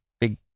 big